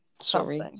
sorry